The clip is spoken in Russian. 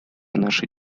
нашей